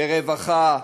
ברווחה,